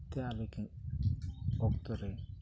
ᱛᱮ ᱟᱞᱮᱜᱮ ᱚᱠᱛᱚᱨᱮ